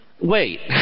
wait